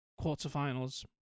quarterfinals